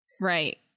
Right